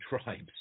tribes